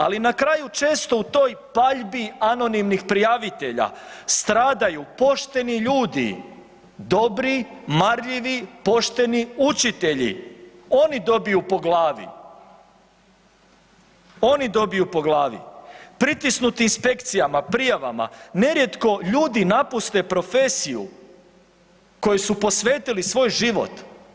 Ali na kraju često u toj paljbi anonimnih prijavitelja stradaju pošteni ljudi, dobri, marljivi, pošteni učitelji oni dobiju po glavi, oni dobiju po glavi, pritisnuti inspekcijama, prijavama, nerijetko ljudi napuste profesiju kojoj su posvetili svoj život.